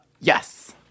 Yes